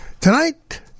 Tonight